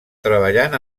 treballant